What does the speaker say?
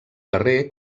carrer